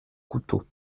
couteau